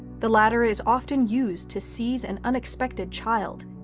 the latter is often used to seize an unexpected child,